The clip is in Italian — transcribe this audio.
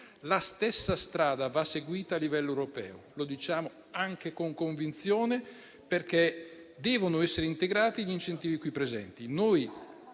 La stessa strada va seguita a livello europeo, e lo diciamo con convinzione, perché devono essere integrati gli incentivi qui presenti.